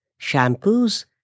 shampoos